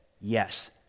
yes